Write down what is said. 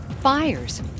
fires